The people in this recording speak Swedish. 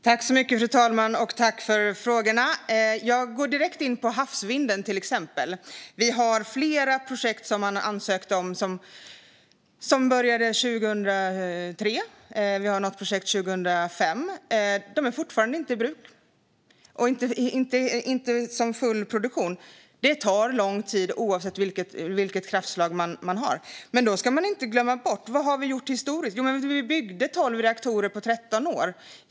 Fru talman! Tack, Mattias Jonsson, för frågorna! Jag går direkt in på det som handlar om havsvinden. Vi har flera projekt som man har ansökt om som började 2003, och vi har något projekt från 2005. De är fortfarande inte i bruk eller inte i full produktion. Det tar lång tid oavsett vilket kraftslag det är. Men man ska inte glömma bort vad vi har gjort historiskt. Vi byggde tolv reaktorer på 13 år.